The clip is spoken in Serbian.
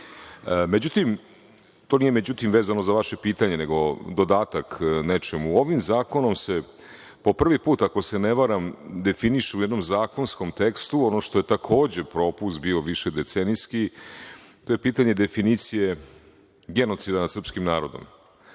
ranije.Međutim, to nije vezano za vaše pitanje nego dodatak nečemu. Ovim zakonom se po prvi put, ako se ne varam, definiše u jednom zakonskom tekstu ono što je, takođe, propust bio višedecenijski, a to je pitanje definicije genocida nad srpskim narodom. Tako